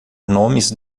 nomes